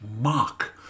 mock